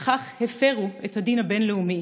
ובכך הפרו את הדין הבין-לאומי,